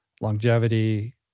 longevity